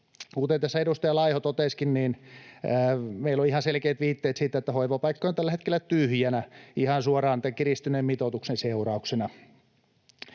tässä edustaja Laiho totesikin, niin meillä on ihan selkeät viitteet siitä, että hoivapaikkoja on tällä hetkellä tyhjinä ihan suoraan tai kiristyneen mitoituksen seurauksena.